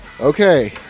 Okay